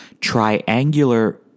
triangular